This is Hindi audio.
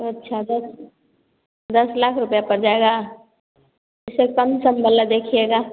अच्छा दस दस लाख रुपया पड़ जाएगा इससे कम सम वाला देखिएगा